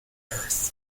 earth